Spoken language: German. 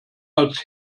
als